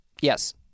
Yes